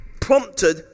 prompted